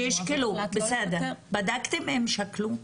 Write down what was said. שישקלו, בסדר, בדקתם אם שקלו?